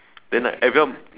then like everyone